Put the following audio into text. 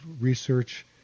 research